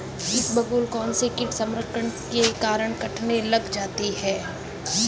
इसबगोल कौनसे कीट संक्रमण के कारण कटने लग जाती है?